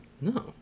No